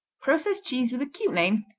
processed cheese with a cute name,